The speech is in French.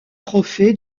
trophées